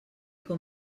com